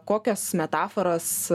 kokios metaforos